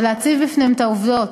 ולהציב בפניהם את העובדות,